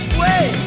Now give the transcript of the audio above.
wait